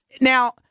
now